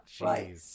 Right